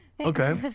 Okay